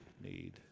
need